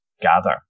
gather